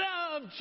Love